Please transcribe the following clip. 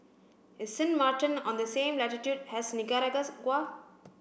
is Sint Maarten on the same latitude has